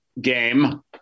game